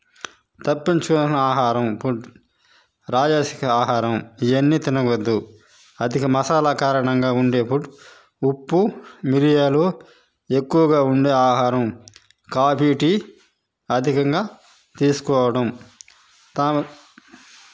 తప్పించవలసిన ఆహారం ఫుడ్ రాజసిక ఆహారం ఇవి అన్నీ తినవద్దు అధిక మసాలా కారణంగా ఉండే ఫుడ్ ఉప్పు మిరియాలు ఎక్కువగా ఉండే ఆహారం కాఫీ టీ అధికంగా తీసుకోవడం